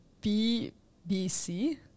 B-B-C